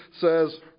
says